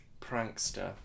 prankster